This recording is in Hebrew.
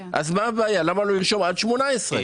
אז למה לא לרשום עד 18?